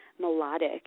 melodic